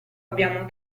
abbiamo